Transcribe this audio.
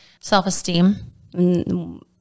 Self-esteem